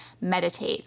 meditate